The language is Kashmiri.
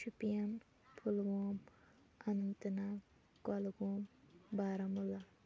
شُپیٚن پُلووم اَنٛنت ناگ کۄلگوم بارہمولہ